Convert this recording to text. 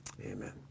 Amen